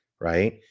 right